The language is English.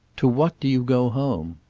to what do you go home?